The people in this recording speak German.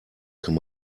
kann